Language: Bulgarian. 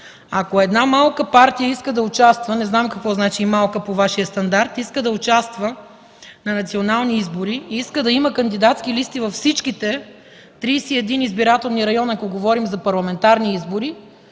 Ако една малка партия иска да участва, не знам какво значи „малка” по Вашия стандарт, на национални избори и иска да има кандидатски избори във всичките 31 избирателни района, ако говорим за парламентарни избори,